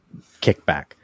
kickback